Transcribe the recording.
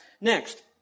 Next